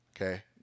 okay